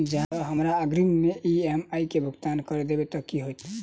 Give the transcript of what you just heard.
जँ हमरा अग्रिम ई.एम.आई केँ भुगतान करऽ देब तऽ कऽ होइ?